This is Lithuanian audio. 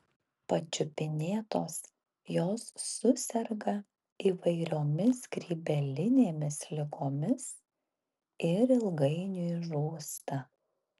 pačiupinėtos jos suserga įvairiomis grybelinėmis ligomis ir ilgainiui žūsta